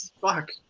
fuck